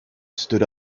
stood